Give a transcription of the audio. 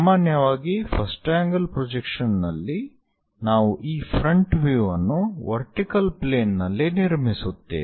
ಸಾಮಾನ್ಯವಾಗಿ first angle projection ನಲ್ಲಿ ನಾವು ಈ ಫ್ರಂಟ್ ವ್ಯೂ ಅನ್ನು ವರ್ಟಿಕಲ್ ಪ್ಲೇನ್ ನಲ್ಲಿ ನಿರ್ಮಿಸುತ್ತೇವೆ